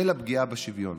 בשל הפגיעה בשוויון